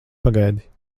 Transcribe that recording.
pagaidi